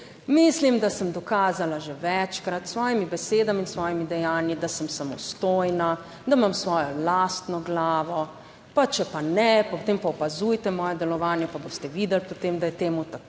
Mislim, da sem dokazala že večkrat s svojimi besedami in s svojimi dejanji, da sem samostojna, da imam svojo lastno glavo, pa če pa ne, potem pa opazujte moje delovanje, pa boste videli potem, da je temu tako.